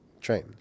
train